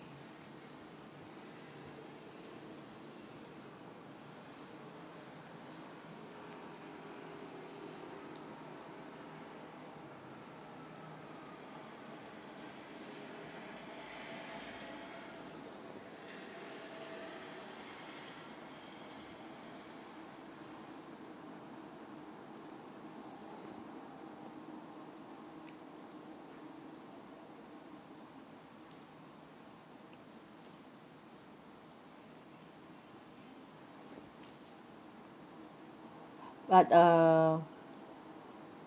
but err